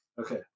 Okay